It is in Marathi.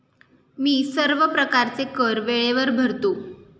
मी सर्व प्रकारचे कर वेळेवर भरतो